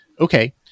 okay